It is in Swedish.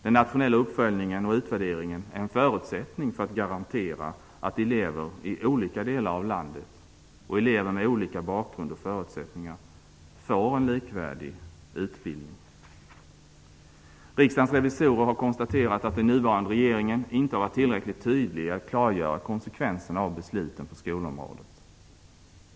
Den nationella uppföljningen och utvärderingen är en förutsättning för att garantera att elever i olika delar av landet och elever med olika bakgrund och förutsättningar får en likvärdig utbildning. Riksdagens revisorer har konstaterat att den nuvarande regeringen inte har varit tillräckligt tydlig i att klargöra konsekvenserna av besluten på skolområdet.